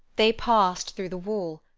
they passed through the wall,